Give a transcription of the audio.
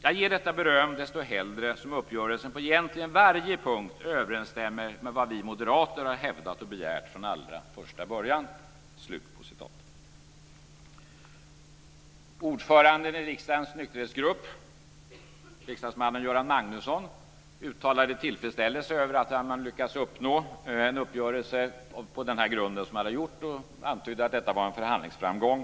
Jag ger detta beröm desto hellre som uppgörelsen på egentligen varje punkt överensstämmer med vad vi moderater har hävdat och begärt från allra första början." Ordföranden i riksdagens nykterhetsgrupp, riksdagsmannen Göran Magnusson, uttalade tillfredsställelse över att man hade lyckats uppnå en uppgörelse på denna grund, och han antydde att detta var en förhandlingsframgång.